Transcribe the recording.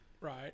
Right